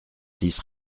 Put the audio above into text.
six